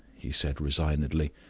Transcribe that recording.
he said, resignedly,